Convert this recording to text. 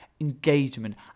Engagement